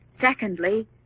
secondly